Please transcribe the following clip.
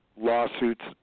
lawsuits